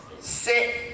sit